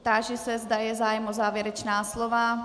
Táži se, zda je zájem o závěrečná slova.